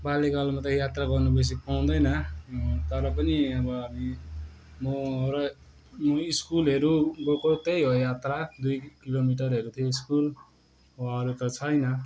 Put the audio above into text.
बाल्यकालमा त यात्रा गर्न बेसी पाउँदैन तर पनि अब हामी म र स्कुलहरू गएको त्यही हो यात्रा दुई किलोमिटरहरू थियो स्कुल अब अहिले त छैन